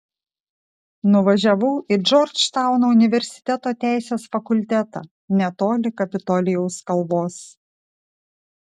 nuvažiavau į džordžtauno universiteto teisės fakultetą netoli kapitolijaus kalvos